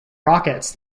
rockets